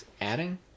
adding